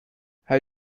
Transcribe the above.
how